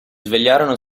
svegliarono